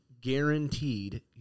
guaranteed